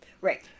Right